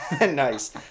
Nice